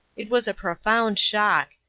it was a profound shock,